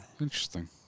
interesting